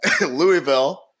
Louisville